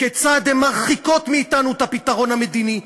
כיצד הן מרחיקות מאתנו את הפתרון המדיני,